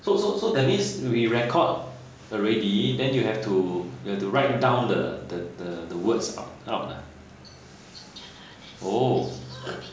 so so so that means we record already then you have to you have to write down the the the the words out ah